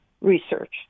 research